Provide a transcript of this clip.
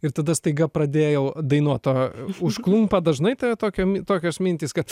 ir tada staiga pradėjau dainuot o užklumpa dažnai tave tokiom tokios mintys kad